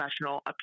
professional